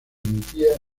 emitía